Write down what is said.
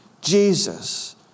Jesus